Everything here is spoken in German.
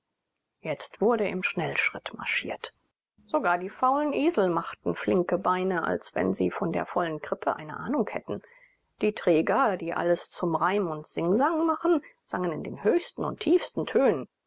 jetzt wurde im schnellschritt marschiert sogar die faulen esel machten flinke beine als wenn sie von der vollen krippe eine ahnung hätten die träger die alles zum reim und singsang machen sangen in den höchsten und tiefsten tönen